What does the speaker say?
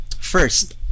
first